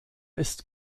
ist